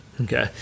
okay